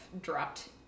dropped